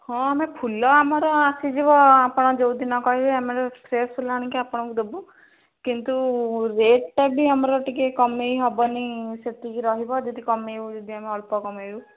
ହଁ ଆମେ ଫୁଲ ଆମର ଆସିଯିବ ଆପଣ ଯେଉଁଦିନ କହିବେ ଆମର ଫ୍ରେସ ଫୁଲ ଆଣିକି ଆପଣଙ୍କୁ ଦେବୁ କିନ୍ତୁ ରେଟଟା ବି ଆମର ଟିକେ କମାଇ ହେବନି ସେତିକି ରହିବ ଯଦି କମାଇବୁ ଯଦି ଆମେ ଅଳ୍ପ କମାଇବୁ